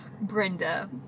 Brenda